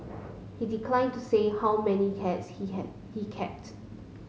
he declined to say how many cats he had he kept